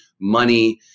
money